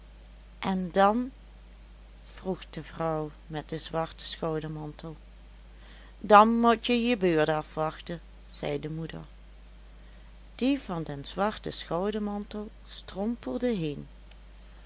en dan vroeg de vrouw met den zwarten schoudermantel dan mot je je beurt afwachten zei de moeder die van den zwarten schoudermantel strompelde heen